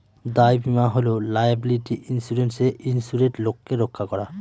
দায় বীমা মানে হল লায়াবিলিটি ইন্সুরেন্সে ইন্সুরেড লোককে রক্ষা করা